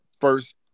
first